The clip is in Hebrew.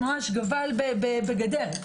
גבל בגדר.